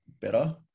better